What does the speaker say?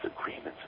agreements